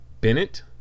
bennett